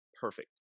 perfect